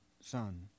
Son